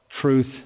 truth